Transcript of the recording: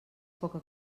poca